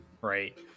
right